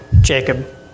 Jacob